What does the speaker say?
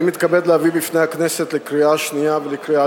אני מתכבד להביא בפני הכנסת לקריאה שנייה ולקריאה